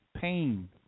pain